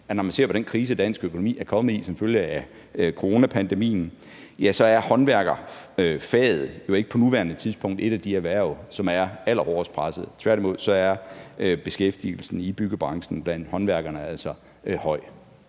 når man ser på den krise, som dansk økonomi er kommet i som følge af coronapandemien, at håndværkerfaget jo ikke på nuværende tidspunkt er et af de erhverv, som er allerhårdest presset. Tværtimod er beskæftigelsen i byggebranchen blandt håndværkerne altså høj.